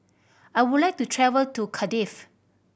I would like to travel to Cardiff